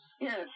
Yes